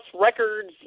records